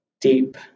deep